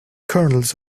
kernels